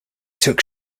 took